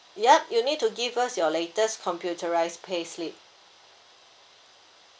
yup you need to give us your latest computerised payslip